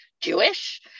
Jewish